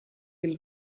dem